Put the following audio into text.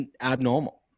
abnormal